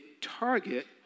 target